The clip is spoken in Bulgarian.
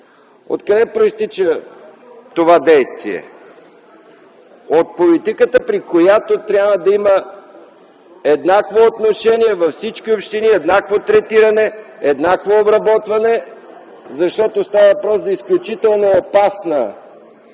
Откъде произтича това действие? От политиката, при която трябва да има еднакво отношение във всички общини, еднакво третиране, еднакво обработване, защото става въпрос за изключителна опасност,